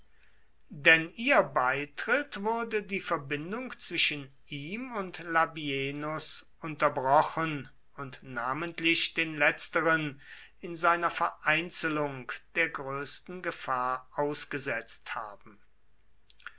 denn ihr beitritt würde die verbindung zwischen ihm und labienus unterbrochen und namentlich den letzteren in seiner vereinzelung der größten gefahr ausgesetzt haben